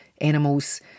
animals